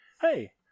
hey